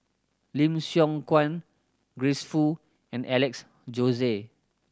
Lim Siong Guan Grace Fu and Alex Josey